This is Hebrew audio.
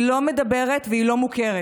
היא לא מדברת והיא לא מוכרת,